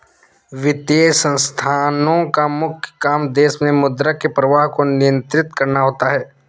वित्तीय संस्थानोँ का मुख्य काम देश मे मुद्रा के प्रवाह को नियंत्रित करना होता है